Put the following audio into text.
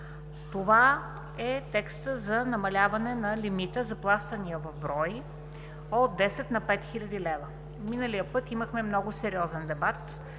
Това е текстът за намаляване на лимита за плащания в брой от 10 на 5 хил. лв. Миналия път имахме много сериозен дебат.